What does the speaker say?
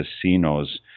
Casinos